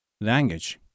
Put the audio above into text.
language 、